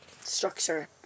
Structure